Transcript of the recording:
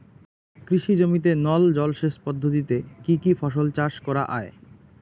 কৃষি জমিতে নল জলসেচ পদ্ধতিতে কী কী ফসল চাষ করা য়ায়?